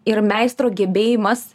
ir meistro gebėjimas